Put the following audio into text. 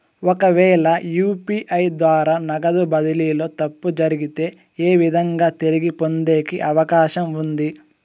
ఒకవేల యు.పి.ఐ ద్వారా నగదు బదిలీలో తప్పు జరిగితే, ఏ విధంగా తిరిగి పొందేకి అవకాశం ఉంది?